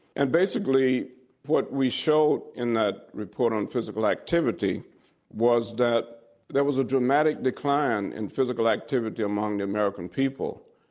and basically what we showed in that report on physical activity was that there was a dramatic decline in physical activity among the american people,